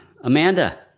Amanda